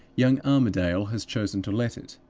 young armadale has chosen to let it,